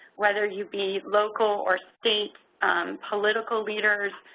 whether you be local or state political leaders,